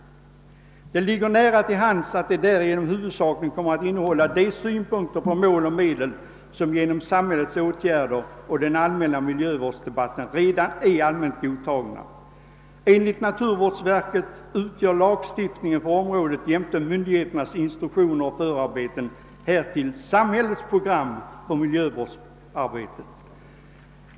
Det ligger nära till hands att det därigenom huvudsakligen kommer att innehålla de synpunkter på mål och medel som genom samhällets åtgärder och den allmänna miljövårdsdebatten redan är allmänt godtagna. Enligt naturvårdsverket utgör lagstiftningen för området jämte myndigheternas instruktioner och förarbeten härtill samhällets program för miljövårdsarbetet.